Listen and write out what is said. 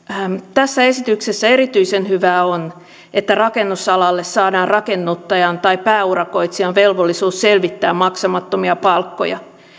tässä esityksessä erityisen hyvää on että rakennusalalle saadaan rakennuttajan tai pääurakoitsijan velvollisuus selvittää maksamattomia palkkoja